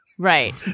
Right